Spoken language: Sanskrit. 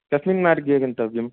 कस्मिन् मार्गे गन्तव्यं